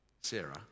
Sarah